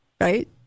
right